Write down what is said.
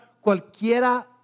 cualquiera